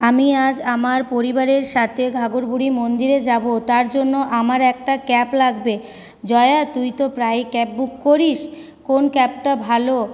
আমি আজ আমার পরিবারের সাথে ঘাগরবুড়ির মন্দিরে যাবো তার জন্য আমার একটা ক্যাব লাগবে জয়া তুই তো প্রায় ক্যাব বুক করিস কোন ক্যাবটা ভালো